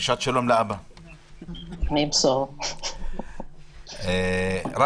אצלנו זה אותם נתונים כמו